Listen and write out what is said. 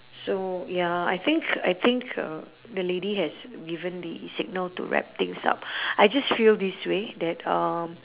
so ya I think I think uh the lady has given the signal to wrap things up I just feel this way that um